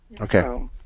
Okay